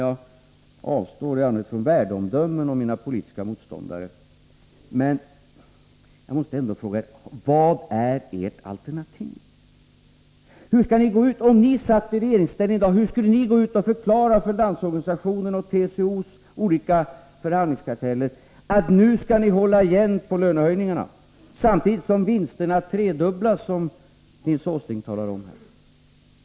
Jag avstår i allmänhet från värdeomdömen om mina politiska motståndare, men nu måste jag ändå fråga: Vad är ert alternativ? Hur skulle ni, om ni satt i regeringsställning, förklara för Landsorganisationens och TCO:s olika förhandlingskarteller att de skall hålla igen på lönehöjningarna, samtidigt som vinsterna tredubblas, vilket Nils Åsling talade om?